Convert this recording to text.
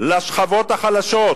לשכבות החלשות.